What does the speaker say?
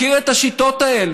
אני מכיר את השיטות האלה.